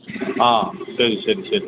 ആ ശരി ശരി ശരി